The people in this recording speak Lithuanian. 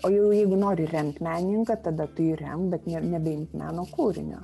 o jau jeigu nori remt menininką tada tu jį remk bet nebeimk meno kūrinio